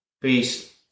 Peace